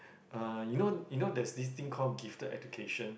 uh you know you know there's this thing call gifted education